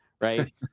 right